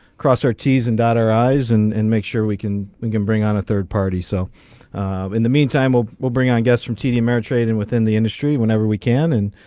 cross our teasing dot our eyes and and make sure we can we can bring on a third party so in the meantime we'll we'll bring i guess from td ameritrade and within the industry whenever we can and